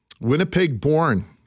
Winnipeg-born